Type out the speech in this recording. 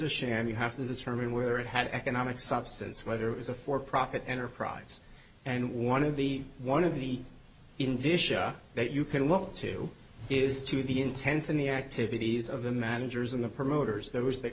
a sham you have to determine whether it had economic substance whether it was a for profit enterprise and one of the one of the invision that you can look to is to the intent and the activities of the managers of the promoters there was that